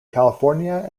california